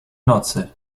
nocy